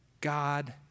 God